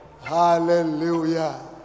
Hallelujah